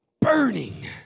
Burning